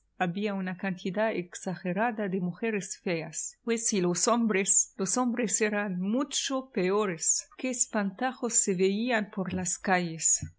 había una cantidad exagerada de m ujeres feas pues y los hombres los hombres eran mucho peores qué espantajos se veían por las calles